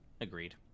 agreed